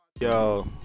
Yo